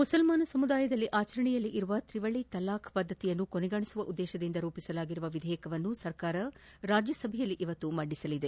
ಮುಸಲ್ಮಾನ ಸಮುದಾಯದಲ್ಲಿ ಆಚರಣೆಯಲ್ಲಿರುವ ತ್ರಿವಳಿ ತಲಾಕ್ ಪದ್ದತಿಯನ್ನು ಕೊನೆಗಾಣಿಸುವ ಉದ್ದೇಶದಿಂದ ರೂಪಿಸಲಾಗಿರುವ ವಿಧೇಯಕವನ್ನು ಸರ್ಕಾರ ರಾಜ್ಯಸಭೆಯಲ್ಲಿಂದು ಮಂಡಿಸಲಿದೆ